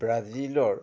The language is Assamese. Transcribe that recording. ব্ৰাজিলৰ